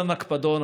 לטפס על הנקפדון,